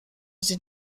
sie